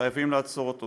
חייבים לעצור אותו.